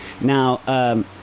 Now